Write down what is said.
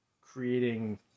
creating